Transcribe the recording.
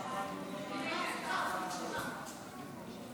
טרומית, ותעבור לוועדת הפנים והגנת הסביבה.